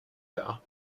power